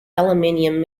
aluminium